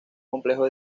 complejo